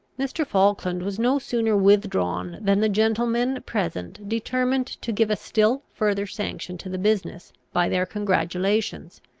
mr. falkland was no sooner withdrawn than the gentlemen present determined to give a still further sanction to the business, by their congratulations.